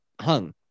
hung